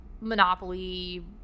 Monopoly